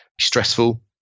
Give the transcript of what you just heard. stressful